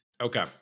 Okay